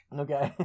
okay